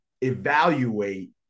evaluate